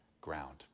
ground